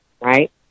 right